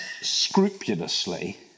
scrupulously